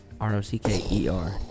R-O-C-K-E-R